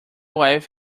wife